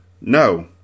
No